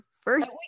First